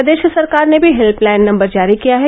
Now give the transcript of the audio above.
प्रदेश सरकार ने भी हेल्पलाइन नम्बर जारी किया है